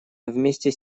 вместе